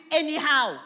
anyhow